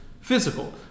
physical